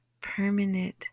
permanent